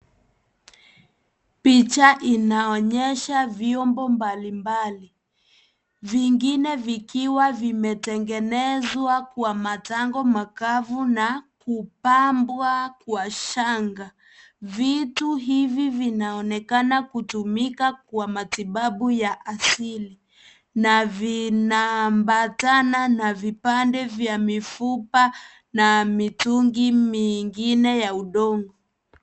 Picha inaonyesha vyombo mbalimbali. Vingine vikiwa vimetengenezwa kwa matango makavu na kupambwa kwa shanga. Vitu hivi vinaonekana kutumika kwa matibabu ya asili, na vinaambatana na vipande vya mifupa na mitungi mingine ya udongo.